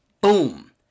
Boom